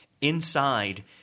inside